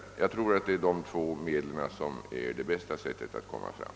Jag menar att dessa två vägar är de bästa för att nå resultat på detta område.